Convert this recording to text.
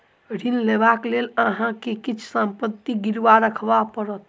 ऋण लेबाक लेल अहाँ के किछ संपत्ति गिरवी राखअ पड़त